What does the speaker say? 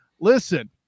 listen